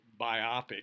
biopic